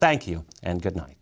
thank you and good night